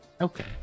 Okay